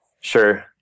Sure